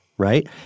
right